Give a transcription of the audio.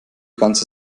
ganze